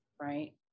right